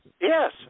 Yes